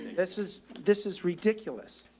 this is, this is ridiculous.